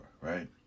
right